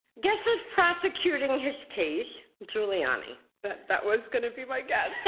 guess who's prosecuting his case? giuliani. but that was going to be my guess,